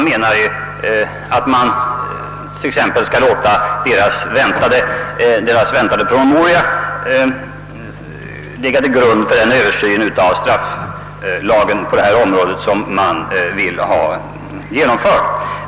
Utskottet menar t.ex. att kommitténs väntade promemoria skall få ligga till grund för den översyn av strafflagen på området vilken man vill ha genomförd.